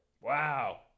Wow